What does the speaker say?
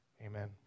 Amen